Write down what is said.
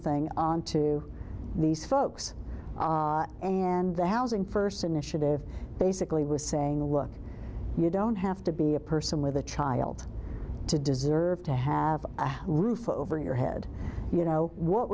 thing on to these folks and the housing first initiative basically was saying look you don't have to be a person with a child to deserve to have a roof over your head you know what